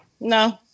No